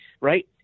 right